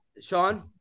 Sean